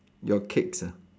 your cakes ah